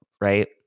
right